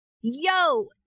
Yo